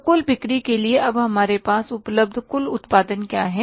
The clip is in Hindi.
तो कुल बिक्री के लिए अब हमारे पास उपलब्ध कुल उत्पादन क्या है